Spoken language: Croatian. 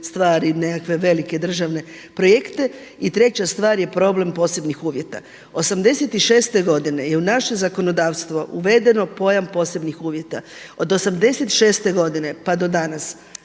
nekakve velike državne projekte. I treća stvar je problem posebnih uvjeta. '86. godine je u naše zakonodavstvo uvedeno pojam posebnih uvjeta. Od '86. godine pa do danas,